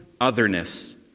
Otherness